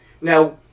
now